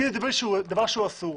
כאילו זה דבר שהוא אסור.